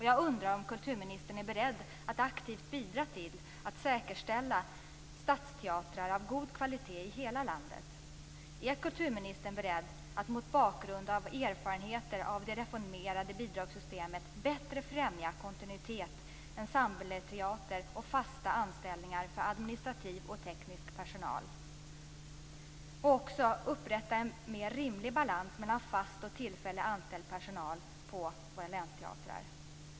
Jag undrar om kulturministern är beredd att aktivt bidra till att statsteatrar av god kvalitet säkerställs i hela landet. Är kulturministern beredd att mot bakgrund av erfarenheter av det reformerade bidragssystemet bättre främja kontinuitet, ensembleteater och fasta anställningar för administrativ och teknisk personal och också upprätta en rimligare balans mellan fast och tillfälligt anställd personal på våra länsteatrar?